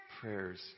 prayers